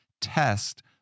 test